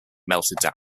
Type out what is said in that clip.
melted